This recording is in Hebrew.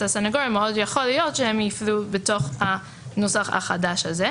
הסנגוריה מאוד יכול להיות שהם ייפלו בנוסח החדש הזה.